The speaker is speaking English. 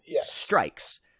strikes